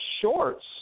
shorts